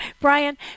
Brian